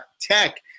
tech